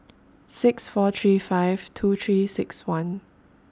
six four three five two three six one